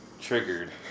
triggered